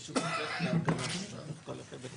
זה ההסבר שאנחנו מבקשים להאריך בגינו את התקופה.